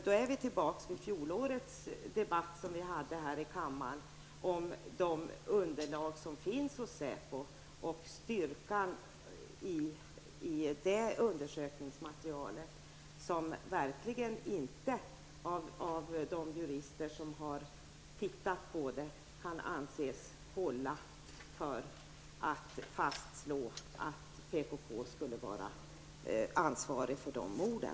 Då är vi tillbaka till fjolårets debatt här i kammaren om SÄPOs underlag och styrkan i dess undersökningsmaterial. De jurister som har studerat det anser verkligen inte att det håller för att fastslå att PKK skulle vara ansvarigt för de två morden.